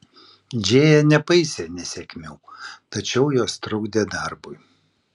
džėja nepaisė nesėkmių tačiau jos trukdė darbui